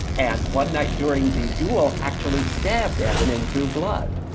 and one night during the duel actually stabbed evan and drew blood.